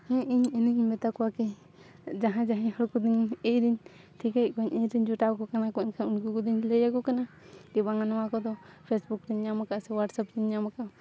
ᱦᱮᱸ ᱤᱧ ᱤᱱᱟᱹᱧ ᱢᱮᱛᱟ ᱠᱚᱣᱟ ᱠᱤ ᱡᱟᱦᱟᱸ ᱡᱟᱦᱟᱸᱭ ᱦᱚᱲ ᱠᱚᱫᱚᱧ ᱮᱱ ᱴᱷᱤᱠᱟᱹᱭᱮᱫ ᱠᱚᱣᱟᱹᱧ ᱤᱧᱨᱮᱧ ᱡᱚᱴᱟᱣ ᱠᱚ ᱠᱟᱱᱟ ᱠᱚ ᱮᱱᱠᱷᱟᱱ ᱩᱱᱠᱩ ᱠᱚᱫᱚᱧ ᱞᱟᱹᱭᱟᱠᱚ ᱠᱟᱱᱟ ᱠᱤ ᱵᱟᱝ ᱱᱚᱣᱟ ᱠᱚᱫᱚ ᱯᱷᱮᱥᱵᱩᱠ ᱨᱮᱧ ᱧᱟᱢ ᱟᱠᱟᱫ ᱥᱮ ᱦᱳᱣᱟᱴᱥᱮᱯ ᱨᱮᱧ ᱧᱟᱢ ᱟᱠᱟᱫᱟ